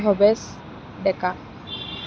Bhabesh Deka